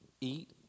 eat